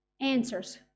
answers